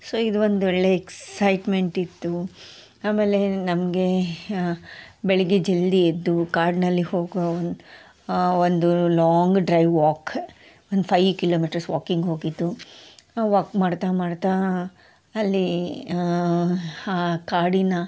so ಇದೊಂದೊಳ್ಳೆಯ ಎಕ್ಸೈಟ್ಮೆಂಟಿತ್ತು ಆಮೇಲೆ ನಮಗೆ ಬೆಳಗ್ಗೆ ಜಲ್ದಿ ಎದ್ದು ಕಾಡಿನಲ್ಲಿ ಹೋಗುವ ಒಂದು ಒಂದು ಲಾಂಗ್ ಡ್ರೈವ್ ವಾಕ್ ಒಂದು ಫೈ ಕಿಲೋಮೀಟರ್ಸ್ ವಾಕಿಂಗ್ ಹೋಗಿದ್ದು ವಾಕ್ ಮಾಡ್ತಾ ಮಾಡ್ತಾ ಅಲ್ಲಿ ಆ ಕಾಡಿನ